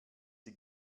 die